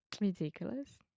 Ridiculous